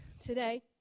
today